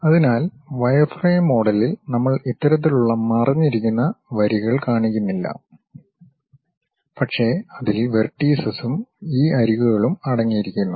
അതിനാൽ വയർഫ്രെയിം മോഡലിൽ നമ്മൾ ഇത്തരത്തിലുള്ള മറഞ്ഞിരിക്കുന്ന വരികൾ കാണിക്കുന്നില്ല പക്ഷേ അതിൽ വെർട്ടീസസും ഈ അരികുകളും അടങ്ങിയിരിക്കുന്നു